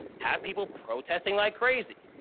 have people protesting like crazy.